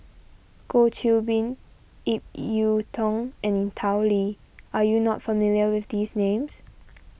Goh Qiu Bin Ip Yiu Tung and Tao Li are you not familiar with these names